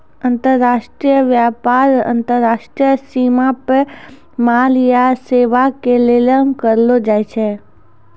अन्तर्राष्ट्रिय व्यापार अन्तर्राष्ट्रिय सीमा पे माल या सेबा के लेली करलो जाय छै